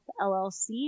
LLC